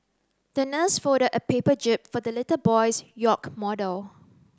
the nurse folded a paper jib for the little boy's yacht model